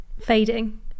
fading